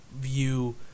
view